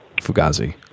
Fugazi